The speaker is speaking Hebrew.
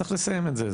צריך לסיים את זה,